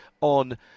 on